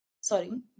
sorry